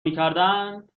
میکردند